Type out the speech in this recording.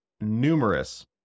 numerous